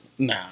Nah